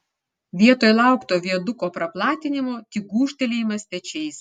vietoj laukto viaduko praplatinimo tik gūžtelėjimas pečiais